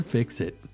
Fix-It